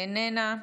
איננה,